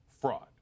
Fraud